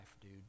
dude